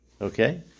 Okay